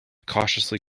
cautiously